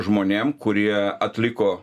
žmonėm kurie atliko